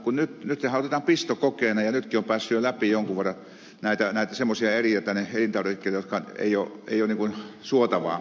nehän otetaan pistokokeina ja nytkin on päässyt jo läpi jonkun verran semmoisia eriä elintarvikkeita jotka eivät ole suotavia